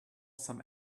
some